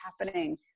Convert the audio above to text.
happening